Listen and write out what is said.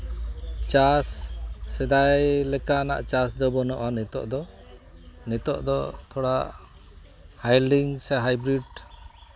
ᱪᱟᱥ ᱥᱮᱫᱟᱭ ᱞᱮᱠᱟᱱᱟᱜ ᱪᱟᱥ ᱫᱚ ᱵᱟᱹᱱᱩᱜᱼᱟ ᱱᱤᱛᱚᱜ ᱫᱚ ᱱᱤᱛᱚᱜ ᱫᱚ ᱛᱷᱚᱲᱟ ᱦᱟᱭᱞᱤᱝ ᱥᱮ ᱦᱟᱭᱵᱨᱤᱰ